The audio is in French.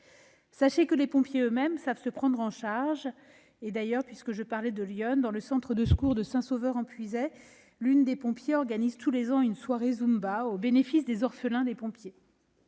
Sachez que les pompiers eux-mêmes savent se prendre en main ; je parlais de l'Yonne, dans le centre de secours de Saint-Sauveur-en-Puisaye, l'une des pompiers organise tous les ans une soirée Zumba au bénéfice des orphelins des pompiers.